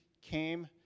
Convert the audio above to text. came